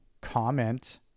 comment